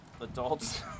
adults